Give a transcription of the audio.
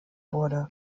wurde